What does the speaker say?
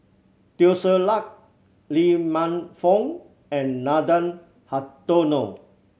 Teo Ser Luck Lee Man Fong and Nathan Hartono